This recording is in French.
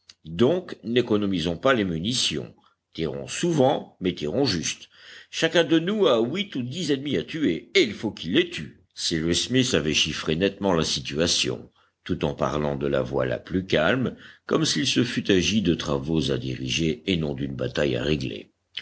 donc n'économisons pas les munitions tirons souvent mais tirons juste chacun de nous a huit ou dix ennemis à tuer et il faut qu'il les tue cyrus smith avait chiffré nettement la situation tout en parlant de la voix la plus calme comme s'il se fût agi de travaux à diriger et non d'une bataille à régler